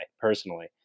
personally